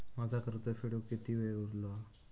माझा कर्ज फेडुक किती वेळ उरलो हा?